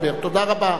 תודה רבה.